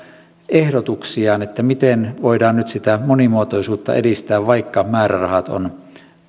ehdotuksiaan miten voidaan nyt sitä monimuotoisuutta edistää vaikka määrärahat